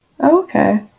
Okay